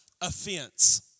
offense